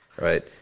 Right